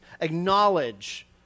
acknowledge